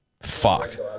Fucked